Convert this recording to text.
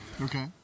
Okay